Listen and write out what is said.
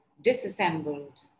disassembled